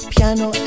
Piano